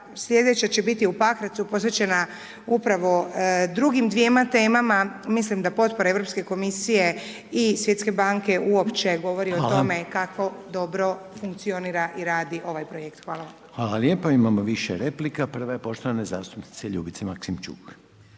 slijedeća će biti u Pakracu posvećena upravo drugim dvjema temama, mislim da potpora Europske Komisije i Svjetske banke uopće govori …/Upadica: Hvala/… o tome kako dobro funkcionira i radi ovaj projekt. Hvala vam. **Reiner, Željko (HDZ)** Imamo više replika, prva je poštovane zastupnice Ljubice Maksimčuk.